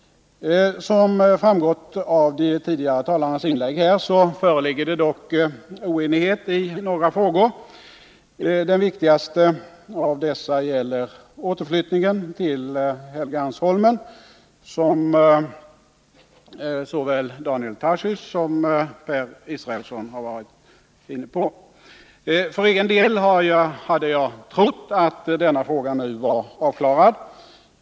Som framgått av de tidigare talarnas inlägg här föreligger det dock oenighet i några frågor. Den viktigaste av dessa gäller återflyttningen till Helgeandsholmen, som såväl Daniel Tarschys som Per Israelsson har berört. För egen del hade jag trott att denna fråga nu var avklarad.